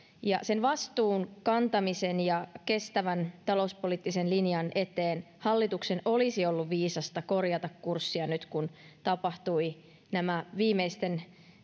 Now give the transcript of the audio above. sen vastuun kantamisen ja kestävän talouspoliittisen linjan eteen hallituksen olisi ollut viisasta korjata kurssia nyt kun tapahtuivat nämä viimeisten